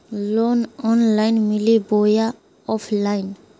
Loan online मिली बोया offline?